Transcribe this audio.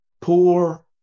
poor